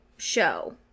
show